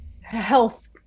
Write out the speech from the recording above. health